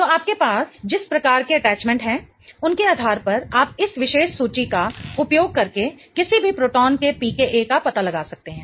तो आपके पास जिस प्रकार के अटैचमेंट हैं उनके आधार पर आप इस विशेष सूची का उपयोग करके किसी भी प्रोटॉन के pKa का पता लगा सकते हैं